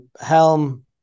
Helm